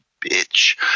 bitch